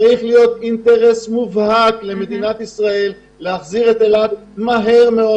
צריך להיות אינטרס מובהק למדינה להחזיר את אילת מהר מאוד